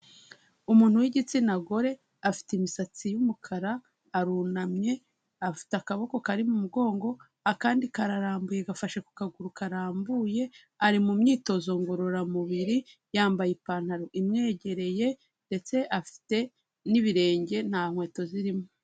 Umuntu w'igitsina gore afite imisatsi y'umukara, arunamye, afite akaboko kari mu mugongo, akandi kararambuye gafashe ku kaguru karambuye, ari mu myitozo ngororamubiri, yambaye ipantaro imwegereye ndetse afite n'ibirenge nta nkweto zirimo.